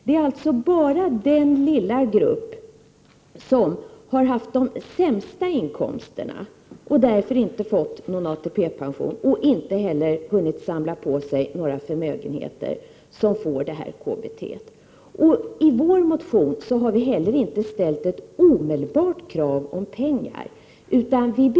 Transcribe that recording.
Det är alltså bara den lilla grupp som har haft de sämsta inkomsterna, som därför inte har fått någon ATP-pension och inte heller har hunnit samla på sig några förmögenheter, som får detta KBT. I vpk:s motion har vi inte ställt ett omedelbart krav om pengar, utan vihar Prot.